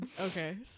okay